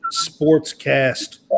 Sportscast